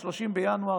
ב-30 בינואר,